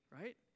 right